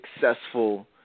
successful